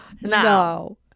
No